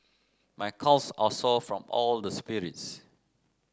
my calves are sore from all the sprints